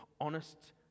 honest